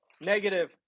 negative